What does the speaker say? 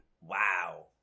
Wow